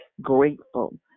grateful